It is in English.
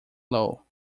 low